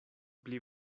pli